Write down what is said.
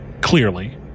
clearly